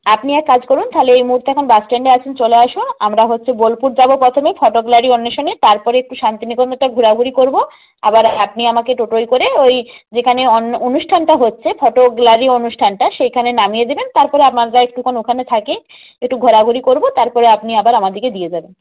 আপনি এক কাজ করুন তাহলে এই মুহূর্তে এখন বাস স্ট্যান্ডে আছেন চলে আসুন আমরা হচ্ছে বোলপুর যাব প্রথমে ফটো গ্যালারি অন্বেষণে তার পরে একটু শান্তিনিকেতনটা ঘোরাঘুরি করব আবার আপনি আমাকে টোটোয় করে ওই যেখানে অনুষ্ঠানটা হচ্ছে ফটো গ্যালারি অনুষ্ঠানটা সেইখানে নামিয়ে দেবেন তার পরে আমরা একটুক্ষণ ওখানে থেকে একটু ঘোরাঘুরি করব তার পরে আপনি আবার আমাদেরকে দিয়ে যাবেন